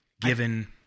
given